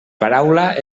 paraula